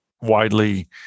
widely